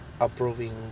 approving